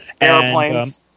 airplanes